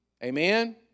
Amen